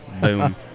Boom